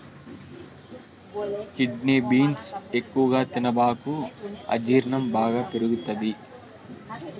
kidney beans ఎక్కువగా తినబాకు అజీర్ణం బాగా పెరుగుతది